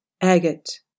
agate